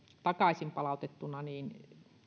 takaisinpalautettuna niin